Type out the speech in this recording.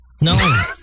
No